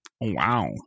Wow